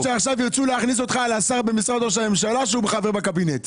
זה כמו שעכשיו ירצו להכניס אותך לשר במשרד ראש הממשלה שהוא חבר בקבינט.